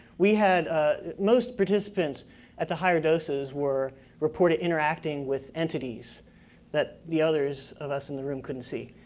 we had ah most participants at the higher doses were reported interacting with entities that the others us in the room couldn't see.